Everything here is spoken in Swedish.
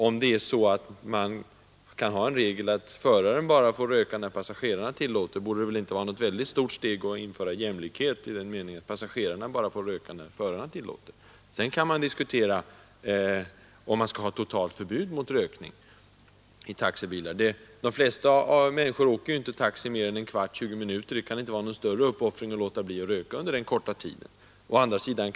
Om man kan ha en regel att föraren får röka bara när passagerarna tillåter, borde det väl inte vara något stort steg att införa jämlikhet i den meningen, att passagerarna får röka bara när föraren tillåter. Sedan kan man diskutera om man skall ha totalt förbud mot rökning i taxibilar. De flesta människor åker inte taxi mer än en kvart eller 20 minuter, och det kan inte vara någon större uppoffring att låta bli att röka den korta tiden.